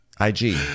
IG